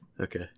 Okay